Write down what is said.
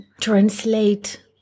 translate